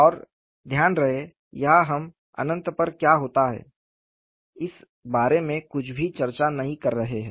और ध्यान रहे यहां हम अनंत पर क्या होता है इस बारे में कुछ भी चर्चा नहीं कर रहे हैं